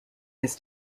his